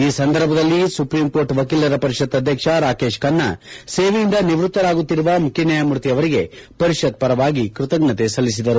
ಈ ಸಂದರ್ಭದಲ್ಲಿ supreme court ವಕೀಲರ ಪರಿಷತ್ ಅಧ್ಯಕ್ಷ ರಾಕೇಶ್ ಖನ್ನ ಸೇವೆಯಿಂದ ನಿವೃತ್ತರಾಗುತ್ತಿರುವ ಮುಖ್ಯನ್ಯಾಯಮೂರ್ತಿ ಅವರಿಗೆ ಪರಿಷತ್ ಪರವಾಗಿ ಕೃತಜ್ಞತೆ ಸಲ್ಲಿಸಿದರು